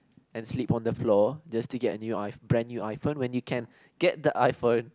and sleep on the floor just to get a new a brand new iPhone when you can get the iPhone